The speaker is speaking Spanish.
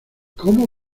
cómo